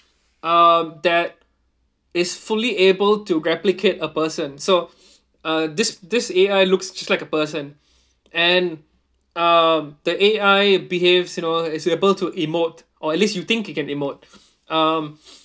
uh that is fully able to replicate a person so uh this this A_I looks just like a person and um the A_I behaves you know is able to emote or at least you think it can emote um